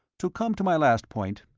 to come to my last point.